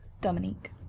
Dominique